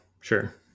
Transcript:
sure